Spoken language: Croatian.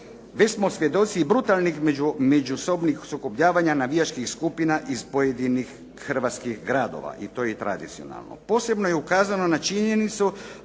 smo svjedoci i brutalnih međusobnih sukobljavanja navijačkih skupina iz pojedinih hrvatskih gradova, i to je i tradicionalno. Posebno je ukazano na činjenicu